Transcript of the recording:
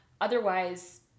otherwise